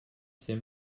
ses